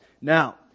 Now